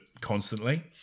constantly